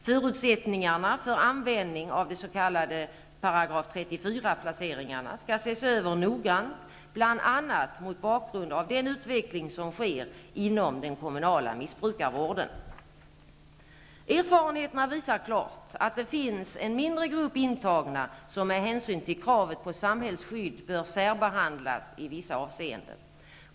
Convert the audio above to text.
Förutsättningarna för användning av s.k. § 34-placering skall ses över noggrant, bl.a. mot bakgrund av den utveckling som sker inom den kommunala missbrukarvården. Erfarenheterna visar klart att det finns en mindre grupp intagna som med hänsyn till kravet på samhällsskydd bör särbehandlas i vissa avseenden.